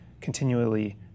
continually